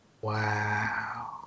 Wow